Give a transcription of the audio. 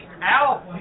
Al